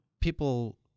people